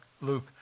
Luke